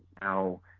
now